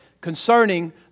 concerning